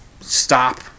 stop